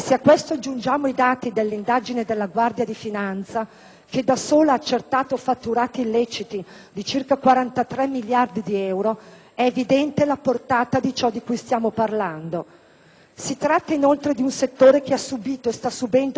che da sola ha accertato fatturati illeciti di circa 43 miliardi di euro, è evidente la portata di ciò di cui stiamo parlando. Si tratta, inoltre, di un settore che ha subito e sta subendo trasformazioni radicali e in rapidissima evoluzione,